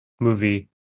movie